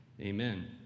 Amen